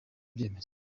ibyemezo